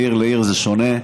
מעיר לעיר זה שונה,